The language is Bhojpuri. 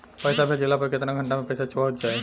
पैसा भेजला पर केतना घंटा मे पैसा चहुंप जाई?